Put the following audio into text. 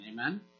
Amen